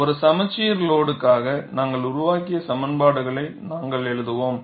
ஒரு சமச்சீர் லோடுக்காக நாங்கள் உருவாக்கிய சமன்ப்பாடுகளை நாங்கள் எழுதுவோம்